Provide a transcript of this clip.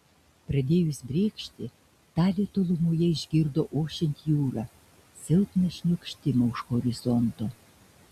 pradėjus brėkšti talė tolumoje išgirdo ošiant jūrą silpną šniokštimą už horizonto